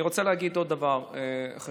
אני רוצה להגיד עוד דבר חשוב.